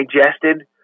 digested